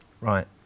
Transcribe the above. Right